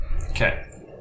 Okay